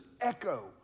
echo